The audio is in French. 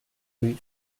rue